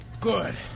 Good